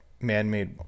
man-made